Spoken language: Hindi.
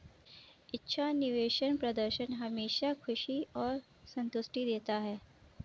अच्छा निवेश प्रदर्शन हमेशा खुशी और संतुष्टि देता है